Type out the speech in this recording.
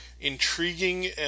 intriguing